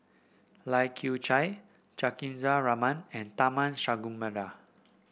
Lai Kew Chai Juthika Ramanathan and Tharman Shanmugaratnam